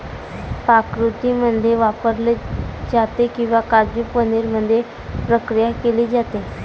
पाककृतींमध्ये वापरले जाते किंवा काजू पनीर मध्ये प्रक्रिया केली जाते